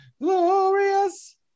glorious